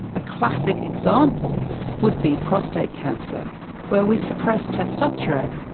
a classic example would be prostate cancer where we suppress testosterone,